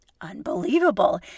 Unbelievable